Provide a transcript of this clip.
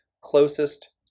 closest